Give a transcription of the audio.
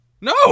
No